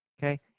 Okay